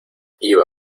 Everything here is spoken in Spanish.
iba